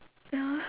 ya